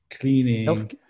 cleaning